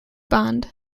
bond